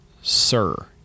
Sir